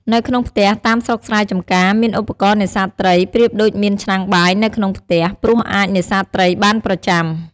នៅក្នុងផ្ទះតាមស្រុកស្រែចំការមានឧបករណ៍នេសាទត្រីប្រៀបដូចមានឆ្នាំងបាយនៅក្នុងផ្ទះព្រោះអាចនេសាទត្រីបានប្រចាំ។